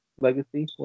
Legacy